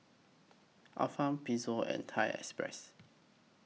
Ifan Pezzo and Thai Express